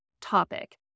topic